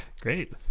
Great